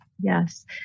Yes